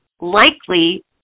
likely